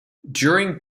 during